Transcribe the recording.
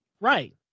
Right